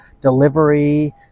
delivery